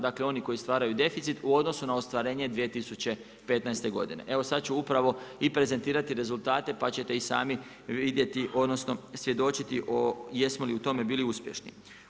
Dakle oni koji stvaraju deficit u odnosu na ostvarenje 2015. godine, evo sada ću upravo prezentirati rezultate pa ćete i sami vidjeti odnosno svjedočiti jesmo li u tome bili uspješni.